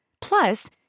Plus